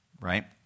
right